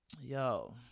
yo